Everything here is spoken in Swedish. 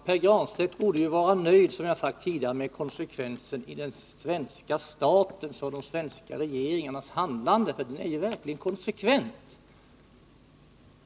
Herr talman! Pär Granstedt borde, som jag sagt tidigare, vara nöjd med konsekvensen i den svenska statens och de svenska regeringarnas handlande, för det är verkligen konsekvent.